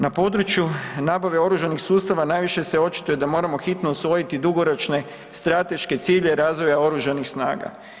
Na području nabave oružanih sustava najviše se očituje da moramo hitno usvojiti dugoročne strateške ciljeve razvoja oružanih snaga.